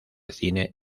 cine